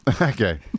okay